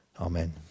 Amen